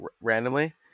randomly